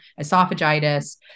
esophagitis